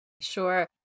Sure